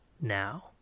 now